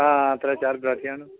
आं त्रै चार वैरायटियां न